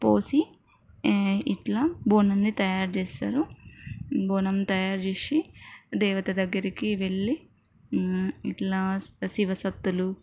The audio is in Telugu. పోసి ఇట్ల బోనాన్ని తయారు చేస్తారు బోనం తయారు చేసి దేవత దగ్గరకి వెళ్ళి ఇట్లా శివ శక్తులు